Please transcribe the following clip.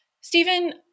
Stephen